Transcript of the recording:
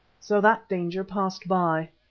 so that danger passed by.